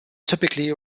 typically